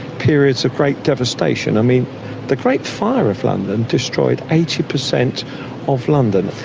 periods of great devastation. i mean the great fire of london destroyed eighty percent of london.